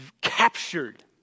captured